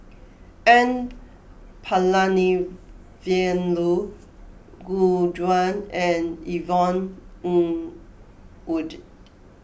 N Palanivelu Gu Juan and Yvonne Ng Uhde